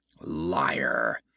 Liar